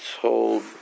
hold